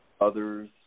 others